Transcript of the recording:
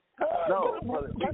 No